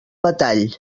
batall